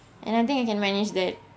and I think you can manage that